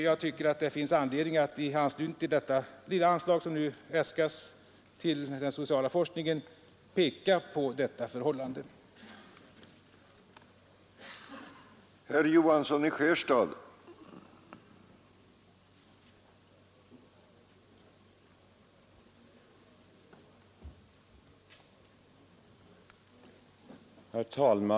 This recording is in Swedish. Jag tycker det finns anledning att peka på detta förhållande i anslutning till detta lilla anslag som nu äskas till den sociala forskningen och den tidigare diskussionen om anslagen till atomoch fusionsforskning.